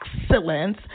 excellence